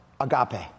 agape